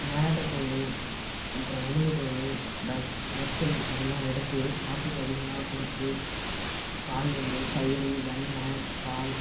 மல்லாட்டை தோல் அப்புறம் உளுந்து தோல் வை வைக்கோல் இதெல்லாம் எடுத்து மாட்டுக்கு அதிகமாக கொடுத்து பால்லேருந்து தயிர் வெண்ணை பால்